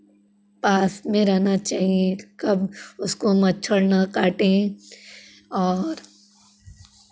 पास में रहना चाहिए कब उसको मच्छर ना काटे और